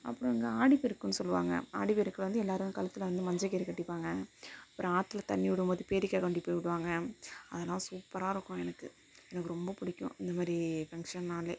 அப்புறம் இந்த ஆடிப்பெருக்குனு சொல்லுவாங்கள் ஆடிப்பெருக்கு வந்து எல்லாரும் கழுத்தில் வந்து மஞ்சக்கயிறு கட்டிப்பாங்கள் அப்புறம் ஆத்தில் தண்ணி விடும் போது பேரிக்காய் கொண்டு போய் விடுவாங்க அதெல்லாம் சூப்பராக இருக்கும் எனக்கு எனக்கு ரொம்ப பிடிக்கும் இந்த மாதிரி ஃபங்க்ஷன்னாலே